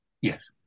Yes